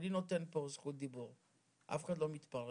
אני נותן פה זכות דיבור, אף אחד לא מתפרץ.